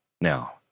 Now